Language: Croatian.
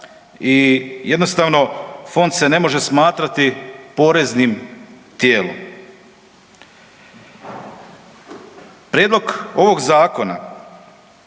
i jednostavno fond se ne može smatrati poreznim tijelom. Prijedlog ovog zakona